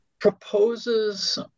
Proposes